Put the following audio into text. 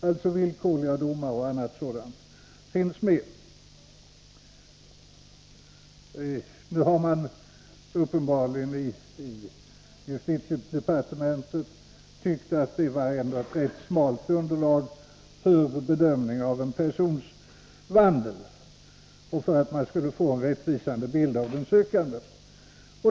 I justitiedepartementet har man uppenbarligen tyckt att detta ändå är ett svagt underlag för bedömning av en persons vandel och för att man skall kunna få en riktig bild av den sökande.